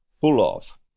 pull-off